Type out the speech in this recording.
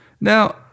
Now